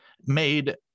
made